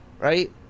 right